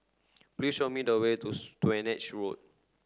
please show me the way to Swanage Road